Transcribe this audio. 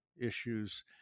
issues